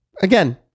again